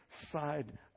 side